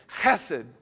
Chesed